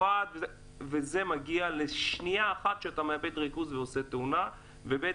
זה מגיע לשנייה אחת של איבוד ריכוז ותאונת דרכים.